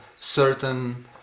certain